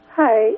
Hi